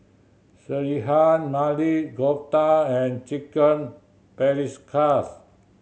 Sekihan Maili Kofta and Chicken Paprikas